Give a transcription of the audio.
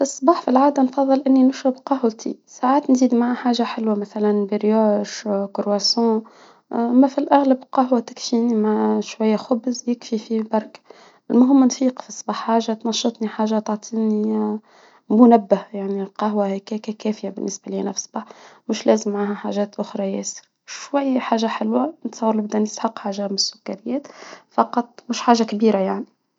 في الصباح في العادة نفظل إني نشرب قهوتي، ساعات نزيد معاه حاجة حلوة، مثلاً بريوش، كرواسون ،في الأغلب قهوة داكشي مع شوية خبز يكفي فيه برك، المهم نفيق في الصباح حاجة تنشطني، حاجة تعطيني منبه يعني، القهوة والكيكة كافية بالنسبة لينا في الصباح، مش لازم معاها حاجات أخرى ياسر، شوية حاجة حلوة، نتصور اللي بدنا نسحتق حاجة من السكريات فقط، مش حاجة كبيرة يعني.